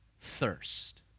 thirst